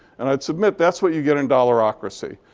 and i'd submit that's what you get in dollarocracy.